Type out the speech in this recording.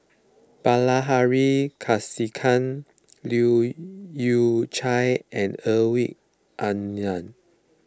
Bilahari Kausikan Leu Yew Chye and Hedwig Anuar